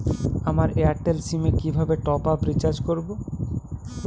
আমার Airtel SIM এ কিভাবে টপ আপ রিচার্জ করবো?